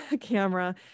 camera